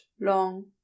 long